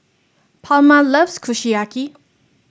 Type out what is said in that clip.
Palma loves Kushiyaki